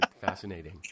fascinating